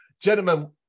Gentlemen